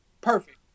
perfect